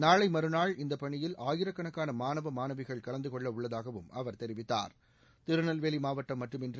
நாளை மறுநாள் இந்தப் பணியில் ஆயிரக்கணக்கான மாணவ மாணவிகள் கலந்து கொள்ளவுள்ளதாகவும் அவர் தெரிவித்தார் திருநெல்வேலி மாவட்டம் மட்டுமன்றி